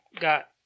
got